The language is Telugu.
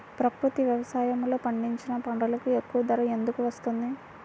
ప్రకృతి వ్యవసాయములో పండించిన పంటలకు ఎక్కువ ధర ఎందుకు వస్తుంది?